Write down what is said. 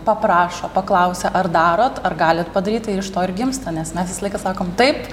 paprašo paklausia ar darot ar galit padaryt tai iš to gimsta nes mes visą laiką sakom taip